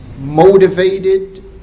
Motivated